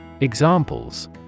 examples